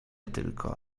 tylko